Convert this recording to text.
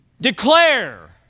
declare